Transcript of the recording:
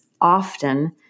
often